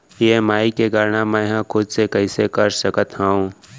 EMI के गड़ना मैं हा खुद से कइसे कर सकत हव?